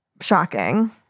shocking